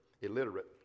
illiterate